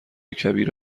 کبیر